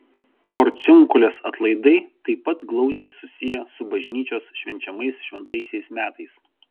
porciunkulės atlaidai taip pat glaudžiai susiję su bažnyčios švenčiamais šventaisiais metais